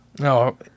No